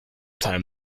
time